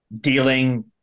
dealing